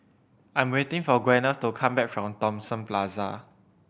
I am waiting for Gwyneth to come back from Thomson Plaza